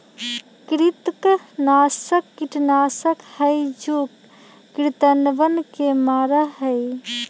कृंतकनाशक कीटनाशक हई जो कृन्तकवन के मारा हई